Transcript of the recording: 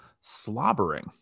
slobbering